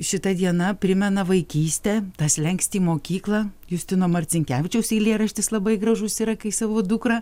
šita diena primena vaikystę tą slenkstį į mokyklą justino marcinkevičiaus eilėraštis labai gražus yra kai savo dukrą